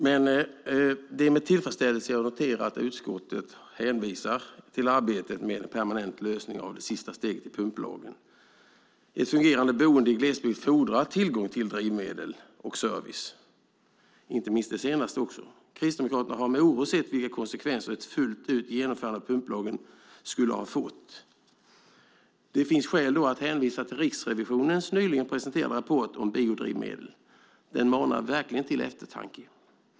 Det är med tillfredsställelse som jag noterar att utskottet hänvisar till arbetet med en permanent lösning av det sista steget i pumplagen. Ett fungerande boende i glesbygd fordrar tillgång till drivmedel och service, inte minst det senare. Kristdemokraterna har med oro sett vilka konsekvenser ett genomförande av pumplagen fullt ut skulle ha fått. Det finns skäl att hänvisa till Riksrevisionens nyligen presenterade rapport om biodrivmedel. Den manar verkligen till eftertanke.